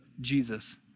Jesus